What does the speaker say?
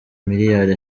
miliyali